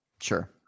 Sure